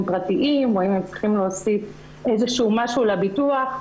פרטיים או אם הם צריכים להוסיף איזשהו משהו לביטוח.